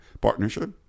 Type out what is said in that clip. partnership